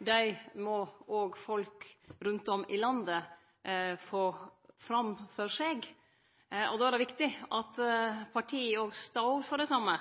dag, må òg folk rundt om i landet få framfor seg. Då er det viktig at partia også står for det